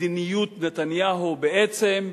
מדיניות נתניהו בעצם,